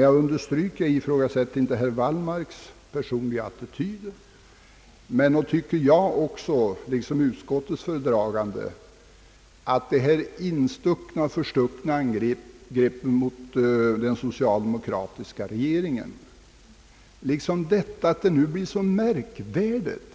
Jag ifrågasätter som redan sagts inte herr Wallmarks personliga attityd, men nog tycker jag i likhet med utskottets talesman att det är anmärkningsvärt med detta förstuckna angrepp mot den socialdemokratiska regeringen. Inte heller är det väl så märkvärdigt